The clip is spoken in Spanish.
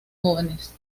jóvenes